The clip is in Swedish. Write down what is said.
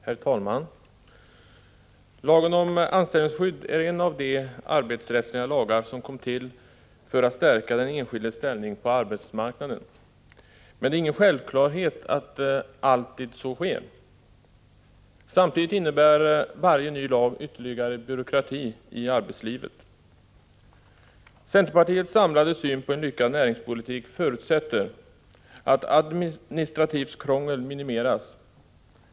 Herr talman! Lagen om anställningsskydd är en av de arbetsrättsliga lagar som kom till för att stärka den enskildes ställning på arbetsmarknaden. Det är emellertid ingen självklarhet att så alltid sker. Samtidigt innebär varje ny lag ytterligare byråkrati i arbetslivet. Centerpartiets samlade syn på en lyckad näringspolitik förutsätter att administrativt krångel minimeras.